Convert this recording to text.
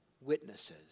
witnesses